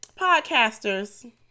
podcasters